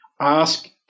ask